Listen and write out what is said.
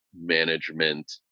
management